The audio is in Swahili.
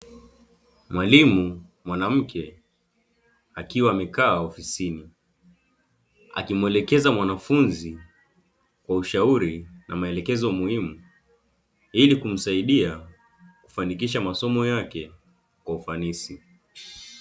Mwalimu mwanamke akiwa amekaa ofisini, akimuelekeza mwanafunzi kwa ushauri na maelekezo muhimu ili kumsaidia kufanikisha masomo yake kwa ufanisi.